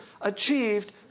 achieved